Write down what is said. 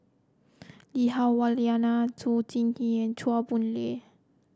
Lee Hah Wah Elena Zhou Ying Chua Boon Lay